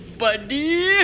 buddy